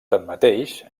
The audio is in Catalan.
tanmateix